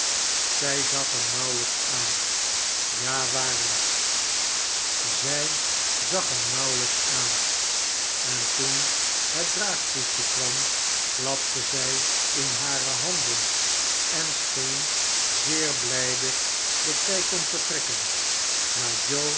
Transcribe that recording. zij zag hem nauwelijks aan ja waarlijk zij zag hem nauwelijks aan en toen het draagkoetsje kwam klapte zij in hare handen en scheen zeer blijde dat zij kon vertrekken maar